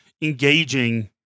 engaging